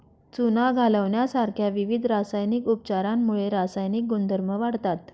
चुना घालण्यासारख्या विविध रासायनिक उपचारांमुळे रासायनिक गुणधर्म वाढतात